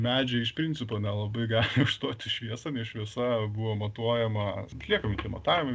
medžiai iš principo nelabai gali užstoti šviesą nes šviesa buvo matuojama atliekami tie matavimai